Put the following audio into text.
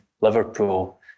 Liverpool